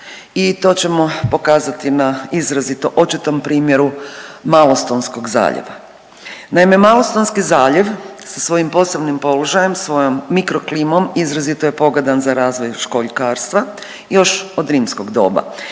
i to ćemo pokazati na izrazito očitom primjeru Malostonskog zaljeva. Naime, Malostonski zaljev sa svojim posebnim položajem, svojom mikro klinom izrazito je pogodan za razvoj školjkarstva još od rimskog doba